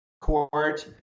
court